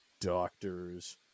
doctors